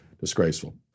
disgraceful